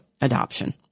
adoption